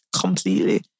completely